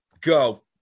Go